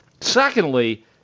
secondly